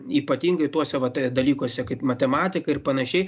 ypatingai tuose va dalykuose kaip matematika ir panašiai